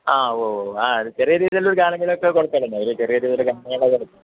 ആ ഉവ്വ് ഉവ്വ് ഉവ്വ് ആ ചെറിയ രീതിയിലൊരു ഗാനമേളയൊക്കെ കുഴപ്പമില്ലെന്നേ ഒരു ചെറിയ രീതിയില് ഗാനമേള